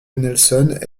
nelson